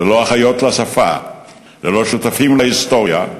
ללא אחיות לשפה, ללא שותפים להיסטוריה,